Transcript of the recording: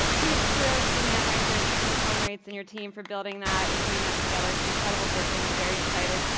huge kudos to the man right here. christophe cone rates in your team for building that and putting that together. it's incredible vision and very excited.